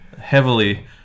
Heavily